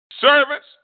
Servants